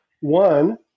One